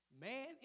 Man